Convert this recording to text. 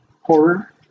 horror